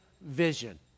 vision